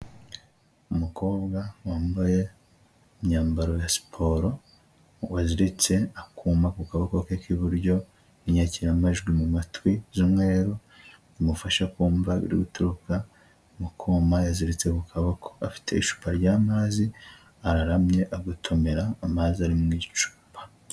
Umukobwa wambaye imyambaro ya siporo, waziritse akuma ku kaboko ke k'iburyo n'inyakiramajwi mu matwi z'umweru, bimufasha kumva ibiri guturuka mu kuma yaziritse ku kaboko. Afite icupa ry'amazi, araramye agotomera amazi ari mu icupa.